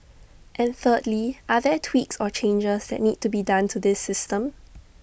and thirdly are there tweaks or changes that need to be done to this system